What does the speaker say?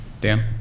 Dan